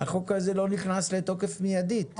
החוק הזה לא נכנס לתוקף מיידית,